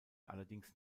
allerdings